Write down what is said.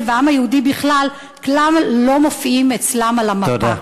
והעם היהודי בכלל כלל לא מופיעים אצלם על המפה.